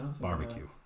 barbecue